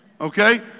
Okay